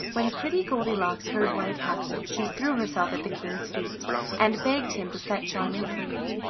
when pretty goldilocks heard what had happened she threw herself at the king's feet and begged him to set charming free,